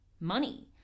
money